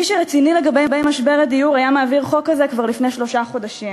מי שרציני לגבי משבר הדיור היה מעביר חוק כזה כבר לפני שלושה חודשים,